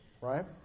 right